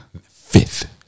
Fifth